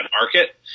market